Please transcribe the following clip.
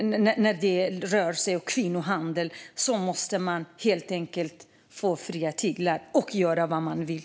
När det rör sig om kvinnohandel måste man få fria tyglar att göra vad man vill.